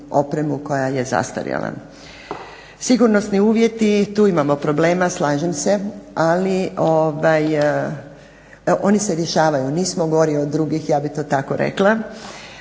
opremu koja je zastarjela. Sigurnosni uvjeti, tu imamo problema slažem se, ali oni se rješavaju. Nismo gori od drugih, ja bih to tako rekla.